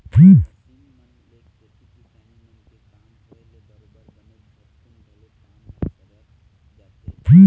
machine मन ले खेती किसानी मन के काम होय ले बरोबर बनेच झटकुन घलोक काम ह सरक जाथे